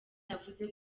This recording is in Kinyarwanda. yavuze